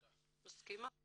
אני מסכימה.